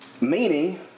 meaning